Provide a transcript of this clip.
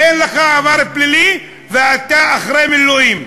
אין לך עבר פלילי ואתה אחרי מילואים.